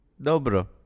Dobro